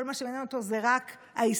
כל מה שמעניין אותו זה רק האסלאם,